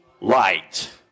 light